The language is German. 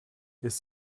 ist